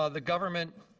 ah the government